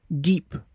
deep